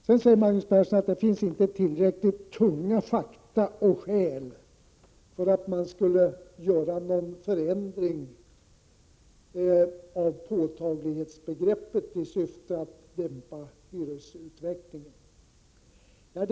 Sedan säger Magnus Persson att det inte finns tillräckligt tunga fakta och skäl för att göra en förändring av påtaglighetsrekvisitet i syfte att dämpa hyresutvecklingen.